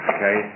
Okay